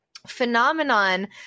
phenomenon